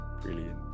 Brilliant